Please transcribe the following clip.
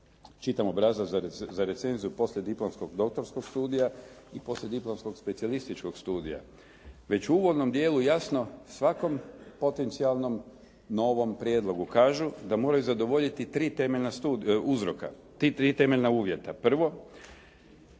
čitam obrazac za recenziju poslijediplomskog doktorskog studija i poslijediplomskog specijalističkog studija. Već u uvodnom jasno svakom potencijalnom novom prijedlogu. Kažu da moraju zadovoljiti tri temeljna uzroka i tri temeljna uvjeta. Prvo,